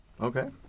Okay